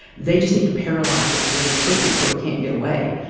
they just need to paralyze it really quickly so it can't get away.